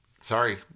sorry